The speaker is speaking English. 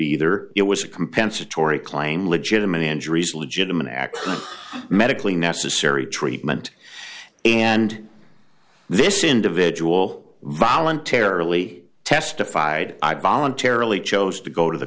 either it was a compensatory claim legitimate injuries a legitimate act medically necessary treatment and this individual voluntarily testified i voluntarily chose to go to the